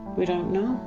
we don't know.